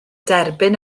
derbyn